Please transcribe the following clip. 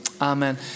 Amen